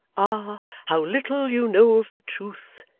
ah, how little you know of the truth!